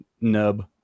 nub